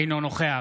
אינו נוכח